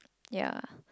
ya